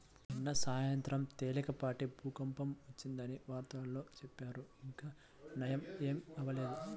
నిన్న సాయంత్రం తేలికపాటి భూకంపం వచ్చిందని వార్తల్లో చెప్పారు, ఇంకా నయ్యం ఏమీ అవ్వలేదు